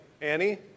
Annie